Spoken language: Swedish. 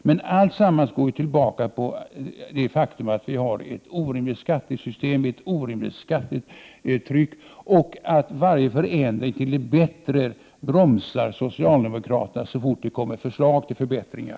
Men alltsammans går tillbaka på det faktum att vi har ett orimligt skattesystem, ett orimligt skattetryck och att varje förändring till det bättre bromsas av socialdemokraterna så fort ett sådant förslag läggs fram.